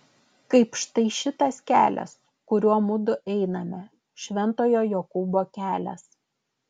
kaip štai šitas kelias kuriuo mudu einame šventojo jokūbo kelias